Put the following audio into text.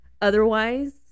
otherwise